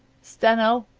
steno.